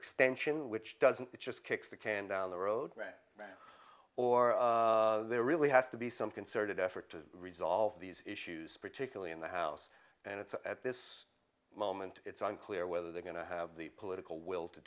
extension which doesn't just kicks the can down the road right or there really has to be some concerted effort to resolve these issues particularly in the house and it's at this moment it's unclear whether they're going to have the political will to